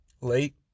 late